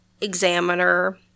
examiner